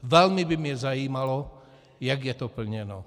Velmi by mě zajímalo, jak je to plněno.